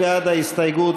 מי בעד ההסתייגות?